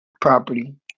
property